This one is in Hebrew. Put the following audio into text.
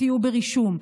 תהיו ברישום,